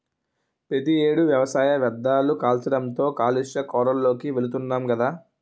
ప్రతి ఏడు వ్యవసాయ వ్యర్ధాలు కాల్చడంతో కాలుష్య కోరల్లోకి వెలుతున్నాం గదా